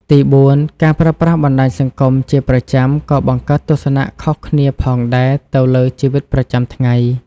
ទីបួន ការប្រើប្រាស់បណ្តាញសង្គមជាប្រចាំក៏បង្កើតទស្សនៈខុសគ្នាផងដែរទៅលើជីវិតប្រចាំថ្ងៃ។